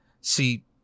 See